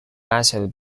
massive